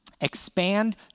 Expand